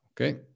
Okay